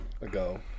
ago